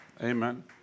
Amen